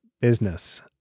business